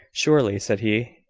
surely, said he,